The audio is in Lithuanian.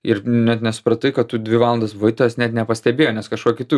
ir net nesupratai kad tu dvi valandas buvai tavęs net nepastebėjo nes kažkuo kitu